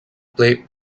played